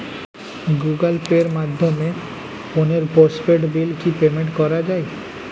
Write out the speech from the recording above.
Google pay মাধ্যমে ফোনের postpaid bill কি পেমেন্ট করা যায়?